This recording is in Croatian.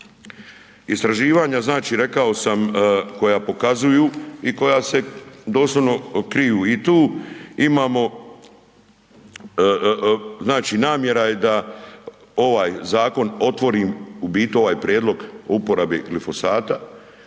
rekao sam koja pokazuju i koja se doslovno kriju i tu imamo, znači namjera je da ovaj zakon otvorim, u biti ovaj prijedlog o uporabi glifosata